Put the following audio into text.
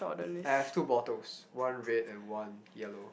I have two bottles one red and one yellow